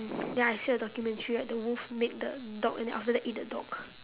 then I see the documentary right the wolf mate the dog and then after that eat the dog